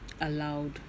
allowed